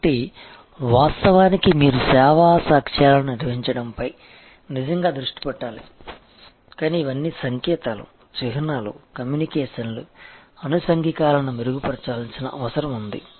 కాబట్టి వాస్తవానికి మీరు సేవా సాక్ష్యాలను నిర్వహించడంపై నిజంగా దృష్టి పెట్టాలి కానీ ఇవన్నీ సంకేతాలు చిహ్నాలు కమ్యూనికేషన్లు అనుషంగికాలను మెరుగుపరచాల్సిన అవసరం ఉంది